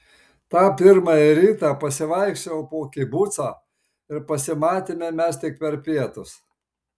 tą pirmąjį rytą pasivaikščiojau po kibucą ir pasimatėme mes tik per pietus